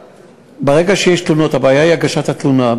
ברגע שיש תלונות, הבעיה היא הגשת התלונה.